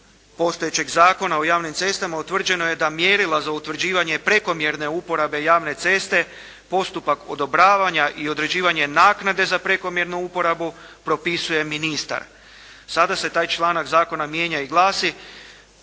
postojećeg Zakona o javnim cestama utvrđeno je da mjerila za utvrđivanje prekomjerne uporabe javne ceste, postupak odobravanja i određivanje naknade za prekomjernu uporabu propisuje ministar. Sada se taj članak zakona mijenja i glasi: